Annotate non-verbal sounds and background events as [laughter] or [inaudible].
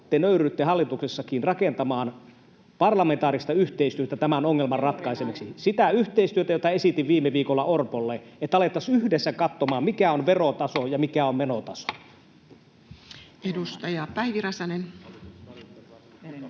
te nöyrrytte hallituksessakin rakentamaan parlamentaarista yhteistyötä tämän ongelman ratkaisemiseksi, sitä yhteistyötä, jota esitin viime viikolla Orpolle, että alettaisiin yhdessä katsomaan, [noise] mikä on verotaso ja mikä on menotaso?